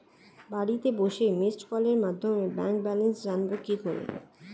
বাড়িতে বসে মিসড্ কলের মাধ্যমে ব্যাংক ব্যালেন্স জানবো কি করে?